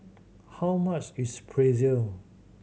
how much is Pretzel